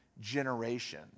generation